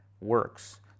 works